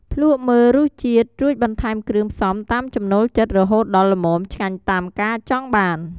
ភ្លក្សមើលរសជាតិ រួចបន្ថែមគ្រឿងផ្សំតាមចំណូលចិត្ត រហូតដល់ល្មមឆ្ងាញ់តាមការចង់បាន។